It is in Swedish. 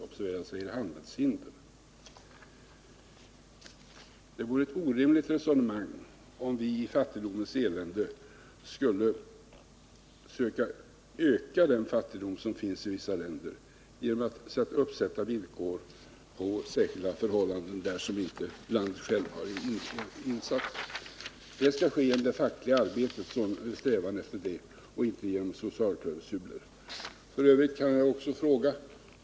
Det vore ett orimligt resonemang om vi i fattigdomens elände skulle söka öka den fattigdom som finns i vissa länder genom att uppsätta villkor om särskilda förhållanden där som landet inte självt har infört. Fackligt arbete är den rätta vägen, inte socialklausuler.